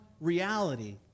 reality